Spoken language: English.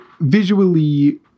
visually